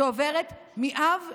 שעוברת מאב לבנו,